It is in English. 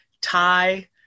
Thai